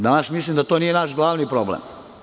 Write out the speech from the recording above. Danas mislim da to nije naš glavni problem.